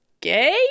gay